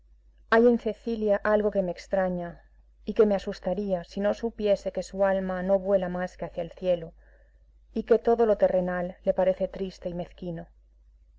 hay en cecilia algo que me extraña y que me asustaría si no supiese que su alma no vuela más que hacia el cielo y que todo lo terrenal le parece triste y mezquino